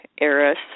Eris